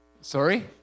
Sorry